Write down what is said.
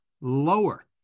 lower